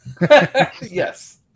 yes